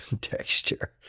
texture